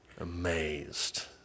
amazed